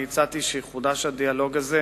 אני הצעתי שיחודש הדיאלוג הזה.